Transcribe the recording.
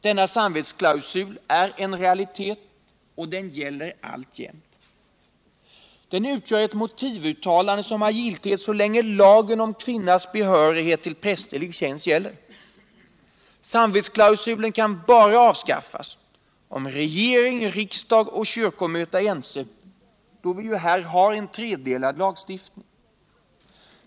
Denna samvetsklausul är en realitet, och den gäller alltjämt. Den utgör et motivuttalande. som har giltighet så länge lagen om kvinnas behörighet till prästerlig tjänst giller. Sam vetsklausulen kan bara avskaffas om regering, riksdag och kyrkomöte är ense, då vi här har en tredelad lagstiftning.